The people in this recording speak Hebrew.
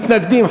מתנגדים,